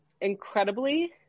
incredibly